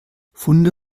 funde